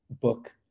book